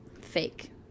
fake